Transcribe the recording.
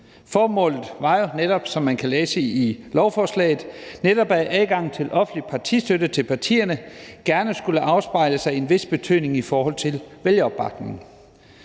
Formålet var jo netop, som man kan læse i lovforslaget, at adgangen til offentlig partistøtte til partierne gerne skulle afspejle sig i en vælgeropbakning af vis betydning.